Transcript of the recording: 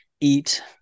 eat